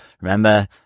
Remember